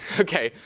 ok,